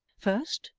first,